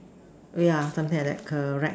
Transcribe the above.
yeah something like that correct